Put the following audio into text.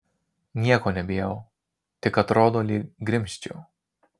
nieko nebijau tik atrodo lyg grimzčiau